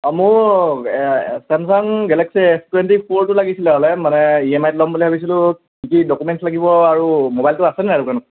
মোক Samsung galaxy S twenty ফ'ৰটো লাগিছিলে হ'লে মানে ই এম আইত লম বুলি ভাবিছিলোঁ কি কি ডকুমেণ্টছ লাগিব আৰু মোবাইলটো আছে নাই দোকানত